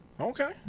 okay